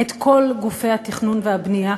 את כל גופי התכנון והבנייה,